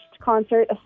concert